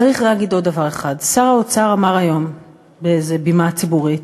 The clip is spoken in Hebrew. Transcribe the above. צריך להגיד עוד דבר אחד: שר האוצר אמר היום באיזו בימה ציבורית: